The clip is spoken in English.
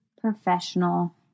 professional